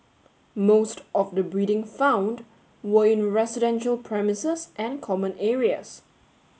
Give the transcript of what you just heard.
most of the breeding found were in residential premises and common areas